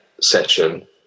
session